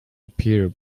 appear